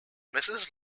mrs